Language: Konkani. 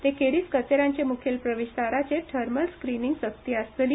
ते खेरीज कचेऱ्यांचे म्खेल प्रवेश दाराचेर थर्मल स्क्रिनिंग सक्ती आसतली